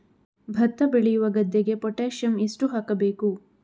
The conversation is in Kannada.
ಭತ್ತ ಬೆಳೆಯುವ ಗದ್ದೆಗೆ ಪೊಟ್ಯಾಸಿಯಂ ಎಷ್ಟು ಹಾಕಬೇಕು?